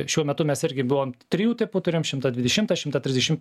šiuo metu mes irgi buvom trijų tipų turim šimtą dvidešimtą šimtą trisdešim